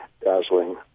dazzling